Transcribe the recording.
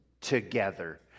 together